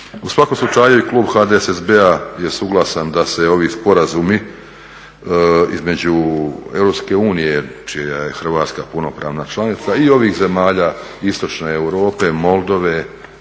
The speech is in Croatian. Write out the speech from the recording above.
U svakom slučaju i klub HDSSB-a je suglasan da se ovi sporazumi između EU, čija je Hrvatska punopravna članica i ovih zemalja istočne Europe, Moldove,